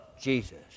Jesus